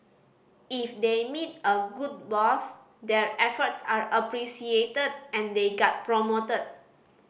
if they meet a good boss their efforts are appreciated and they get promoted